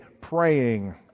praying